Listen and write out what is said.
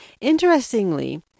Interestingly